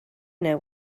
know